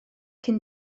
cyn